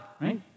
right